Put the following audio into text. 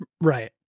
Right